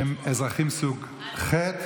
שהם אזרחים סוג ח'.